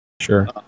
Sure